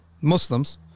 Muslims